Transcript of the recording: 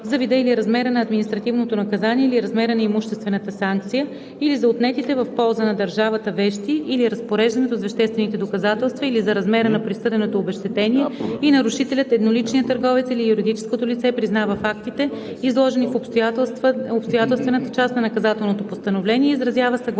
за вида или размера на административното наказание или размера на имуществената санкция, или за отнетите в полза на държавата вещи или разпореждането с веществените доказателства, или за размера на присъденото обезщетение и нарушителят, едноличният търговец или юридическото лице признава фактите, изложени в обстоятелствената част на наказателното постановление, и изразява съгласие